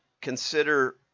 consider